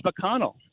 mcconnell